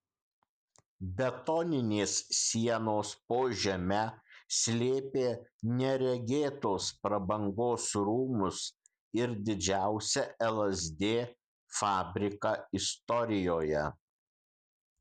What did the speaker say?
betoninės sienos po žeme slėpė neregėtos prabangos rūmus ir didžiausią lsd fabriką istorijoje